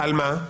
על מה?